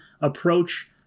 approach